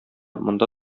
монда